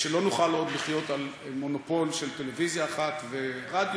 ושלא נוכל עוד לחיות על מונופול של טלוויזיה אחת ורדיו,